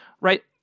right